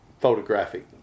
photographic